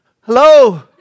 Hello